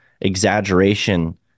exaggeration